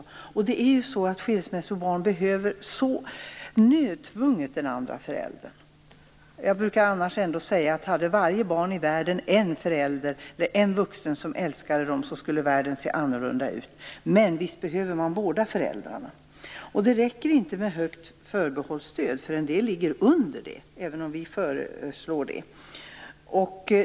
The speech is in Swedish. Ett skilsmässobarn behöver ju så nödtvunget den andra föräldern. Jag brukar annars säga att om varje barn i världen hade en vuxen som älskade dem, så skulle världen se annorlunda ut. Men visst behöver barnen båda föräldrarna. Det räcker inte med ett högt förbehållsstöd, även om vi föreslår det, för en del ligger under gränsen.